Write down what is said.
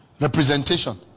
Representation